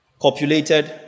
copulated